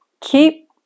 Keep